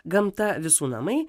gamta visų namai